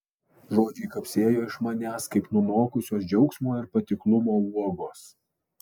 žodžiai kapsėjo iš manęs kaip nunokusios džiaugsmo ir patiklumo uogos